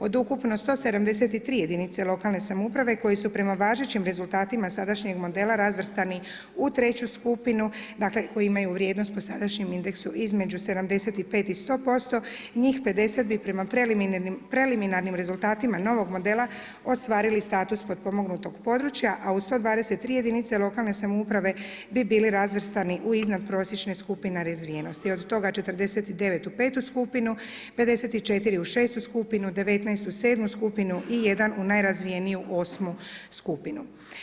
Od ukupno 173 jedinica lokalne samouprave koje su prema važećim rezultatima sadašnjeg modela razvrstani u treću skupinu dakle koje imaju vrijednost po sadašnjem indeksu između 75 i 100% njih 50 bi prema preliminarnim rezultatima novog modela ostvarili status potpomognutog područja, a u 123 jedinica lokalne samouprave bi bili razvrstani u iznadprosječne skupine razvijenosti od toga 49 u petu skupinu, 54 u šestu skupinu, 19 u sedmu skupinu i jedan u najrazvijeniju osmu skupinu.